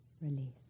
release